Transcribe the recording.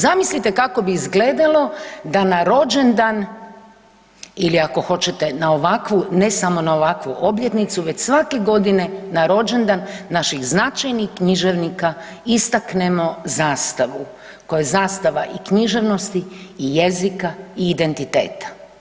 Zamislite kako bi izgledalo da na rođendan ili ako hoćete, na ovakvu, ne samo na ovakvu obljetnicu, već svake godine na rođendan naših značajnih književnika istaknemo zastavu, koja je zastava i književnosti i jezika i identiteta.